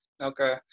Okay